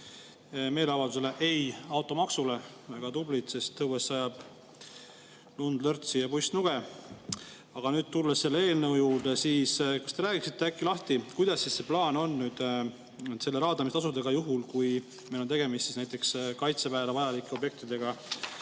meeleavaldusele "Ei automaksule!" Väga tublid, sest õues sajab lund, lörtsi ja pussnuge. Aga nüüd tulen selle eelnõu juurde. Kas te räägiksite äkki lahti, kuidas see plaan on raadamistasudega juhul, kui meil on tegemist näiteks Kaitseväele vajalike objektidega